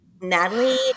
Natalie